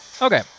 Okay